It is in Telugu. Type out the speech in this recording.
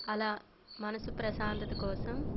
అలా మనసు ప్రశాంతత కోసం